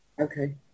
okay